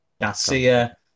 Garcia